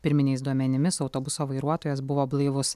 pirminiais duomenimis autobuso vairuotojas buvo blaivus